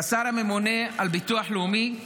כשר הממונה על הביטוח הלאומי,